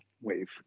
wave